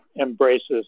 embraces